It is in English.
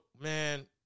man